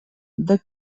the